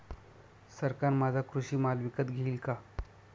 सरकार माझा कृषी माल विकत घेईल का?